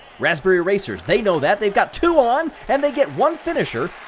raspberry racers, they know that they've got two on, and they get one finisher,